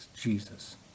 Jesus